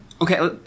Okay